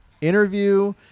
interview